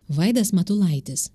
vaidas matulaitis